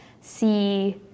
see